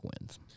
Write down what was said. wins